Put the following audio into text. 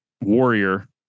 Warrior